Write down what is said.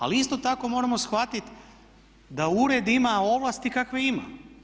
Ali isto tako moramo shvatiti da ured ima ovlasti kakve ima.